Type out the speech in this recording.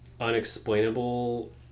unexplainable